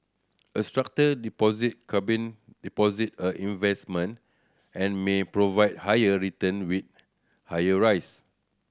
a structured deposit combine deposit and investment and may provide higher return with higher rise